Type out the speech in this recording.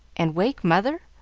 and wake mother.